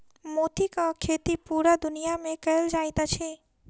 मोतीक खेती पूरा दुनिया मे कयल जाइत अछि